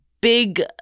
big